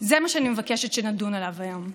זה מה שאני מבקשת שנדון עליו היום.